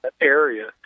area